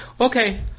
Okay